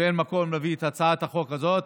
אין מקום להביא את הצעת החוק הזאת.